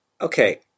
okay